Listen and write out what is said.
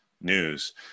news